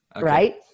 right